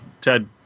Ted